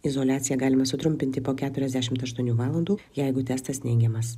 izoliaciją galima sutrumpinti po keturiasdešimt aštuonių valandų jeigu testas neigiamas